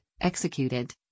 executed